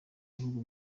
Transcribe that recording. bihugu